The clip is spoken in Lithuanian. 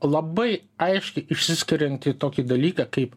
labai aiškiai išsiskiriantį tokį dalyką kaip